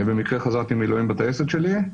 במקרה חזרתי ממילואים בטייסת שלי,